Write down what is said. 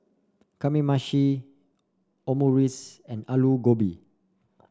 Kamameshi Omurice and Alu Gobi